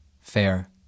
fair